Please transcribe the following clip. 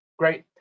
Great